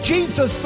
Jesus